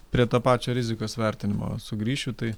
prie to pačio rizikos vertinimo sugrįšiu tai